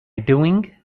doing